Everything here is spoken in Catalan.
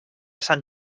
sant